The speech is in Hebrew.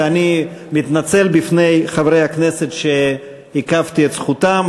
אני מתנצל בפני חברי הכנסת שעיכבתי את זכותם.